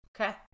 Okay